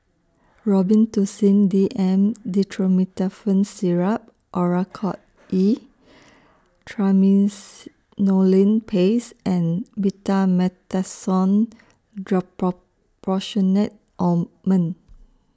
Robitussin D M Dextromethorphan Syrup Oracort E Triamcinolone Paste and Betamethasone Dipropionate Ointment